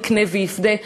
יקנה ויפדה,